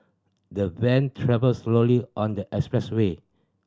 the van travelled slowly on the expressway